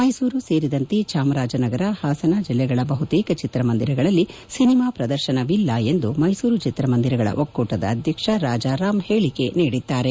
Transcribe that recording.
ಮೈಸೂರು ಸೇರಿದಂತೆ ಚಾಮರಾಜನಗರ ಹಾಸನ ಜಿಲ್ಲೆಗಳ ಬಹುತೇಕ ಚಿತ್ರ ಮಂದಿರಗಳಲ್ಲಿ ಸಿನಿಮಾ ಪ್ರದರ್ಶನವಿಲ್ಲ ಎಂದು ಮೈಸೂರು ಚಿತ್ರಮಂದಿರಗಳ ಒಕ್ಕೂಟದ ಅಧ್ವಕ್ಷ ರಾಜಾರಾಮ್ ಹೇಳಿಕೆ ನೀಡಿದ್ದಾರೆ